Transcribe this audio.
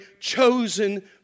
chosen